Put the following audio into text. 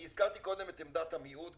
אני הזכרתי קודם את עמדת המיעוט,